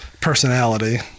personality